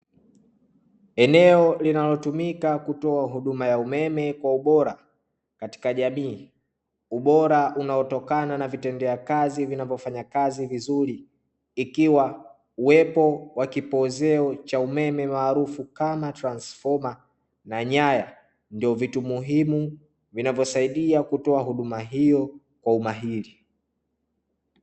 Eneo linalotumika kutoa huduma ya umeme kwa ubora katika jamii, ubora unaotokana na vitendea kazi vinavyofanya kazi vizuri, ikiwa uwepo wa kipozeo cha umeme maarufu kama transfoma na nyaya ndo vitu muhimu vinavyosaidia kutoa huduma hiyo kwa umahiri.